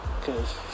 cause